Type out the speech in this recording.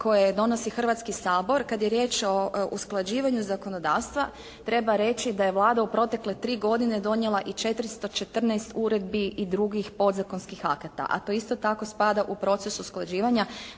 koje donosi Hrvatski sabor kada je riječ o usklađivanju zakonodavstva treba reći da je Vlada u protekle tri godine donijela i 414 uredbi i drugih podzakonskih akata, a to isto tako spada u proces usklađivanja.